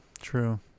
true